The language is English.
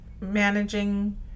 managing